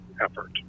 effort